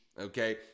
okay